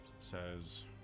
says